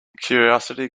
curiosity